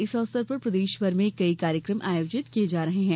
इस अवसर पर प्रदेशभर में कई कार्यक्रम आयोजित किए जा रहे हैं